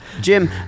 Jim